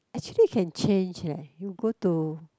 actually you can change leh you go to